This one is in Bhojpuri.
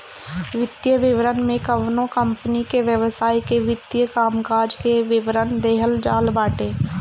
वित्तीय विवरण में कवनो कंपनी के व्यवसाय के वित्तीय कामकाज के विवरण देहल जात बाटे